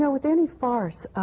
ah with any farce,